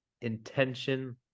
intention